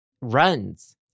runs